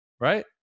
right